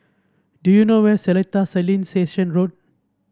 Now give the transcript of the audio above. do you know where Seletar Satellite Station Road